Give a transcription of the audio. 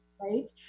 right